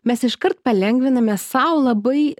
mes iškart palengviname sau labai